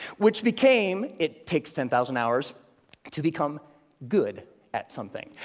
which became, it takes ten thousand hours to become good at something,